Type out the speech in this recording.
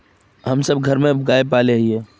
हम सब घर में गाय पाले हिये?